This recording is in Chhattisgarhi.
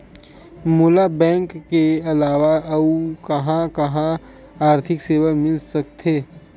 मोला बैंक के अलावा आऊ कहां कहा आर्थिक सेवा मिल सकथे?